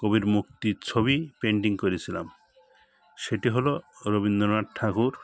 কবির মুখটির ছবি পেন্টিং করেছিলাম সেটি হল রবীন্দ্রনাথ ঠাকুর